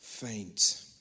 faint